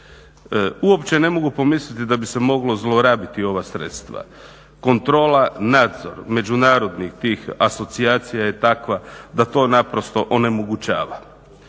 Uopće ne mogu pomisliti da bi se moglo zlorabiti ova sredstva. Kontrola, nadzor međunarodnih tih asocijacija je takva da to naprosto onemogućava.